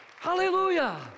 hallelujah